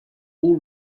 all